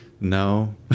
No